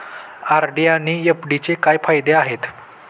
RD आणि एफ.डीचे काय फायदे आहेत?